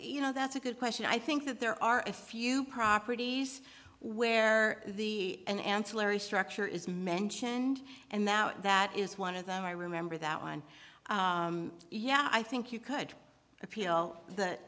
you know that's a good question i think that there are a few properties where the an ancillary structure is mentioned and that that is one of them i remember that one yeah i think you could appeal th